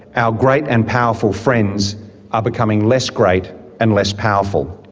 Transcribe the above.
our great and powerful friends are becoming less great and less powerful.